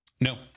No